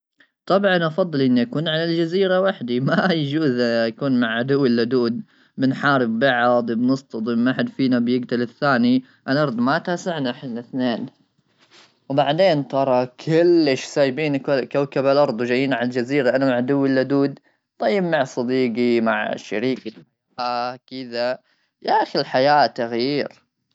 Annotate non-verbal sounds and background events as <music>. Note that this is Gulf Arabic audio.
طبعا افضل ان يكون على الجزيره وحدي ما يجوز اكون مع عدوي اللدود بنحارب بعض بنصدم ما حد فينا بيقتل الثاني الارض ما تاسع نحن اثنين وبعدين ترى كلش سايبين كوكب الارض وجايين على الجزيره انا عدوي اللدود طيب مع صديقي مع <noise> شريك الحياه كذا يا اخي الحياه تغيير.